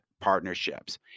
partnerships